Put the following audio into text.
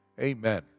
Amen